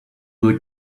will